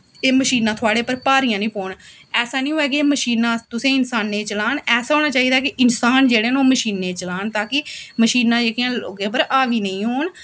एह् मशीनां थुआढ़े पर भारियां निं पौन ऐसा निं होऐ कि एह् मशीनां तुसें इन्सानें गी चलान ऐसा होना चाहिदा कि इंसान मशीनें गी चलान ताकि मशीनां जेह्कियां लोकें पर हाबी निं होन